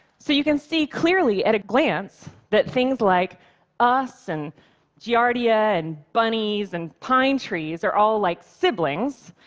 so you can see clearly, at a glance, that things like us and giardia and bunnies and pine trees are all, like, siblings,